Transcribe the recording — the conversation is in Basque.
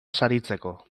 saritzeko